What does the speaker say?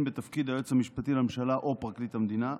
בתפקיד היועץ המשפטי לממשלה או פרקליט המדינה,